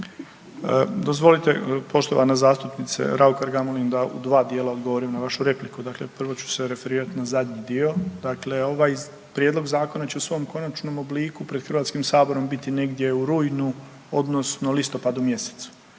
Dozvolite poštovana zastupnice Raukar Gamulin da u dva dijela odgovor na vašu repliku. Dakle, prvo ću se referirati na zadnji dio. Dakle, ovaj Prijedlog zakona će u svom konačnom obliku pred Hrvatskim saborom biti negdje u rujnu odnosno listopadu mjesecu.